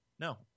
No